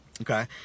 Okay